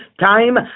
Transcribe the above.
time